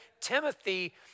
Timothy